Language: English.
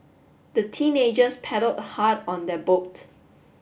the teenagers paddled hard on their boat